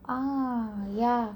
ah ya